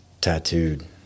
tattooed